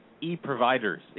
e-providers